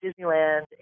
Disneyland